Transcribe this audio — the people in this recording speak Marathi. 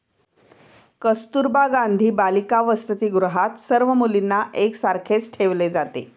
कस्तुरबा गांधी बालिका वसतिगृहात सर्व मुलींना एक सारखेच ठेवले जाते